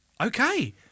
Okay